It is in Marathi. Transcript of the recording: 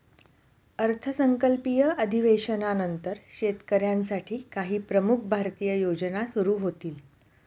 अर्थसंकल्पीय अधिवेशनानंतर शेतकऱ्यांसाठी काही प्रमुख भारतीय योजना सुरू होतील